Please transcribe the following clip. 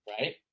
right